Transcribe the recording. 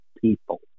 people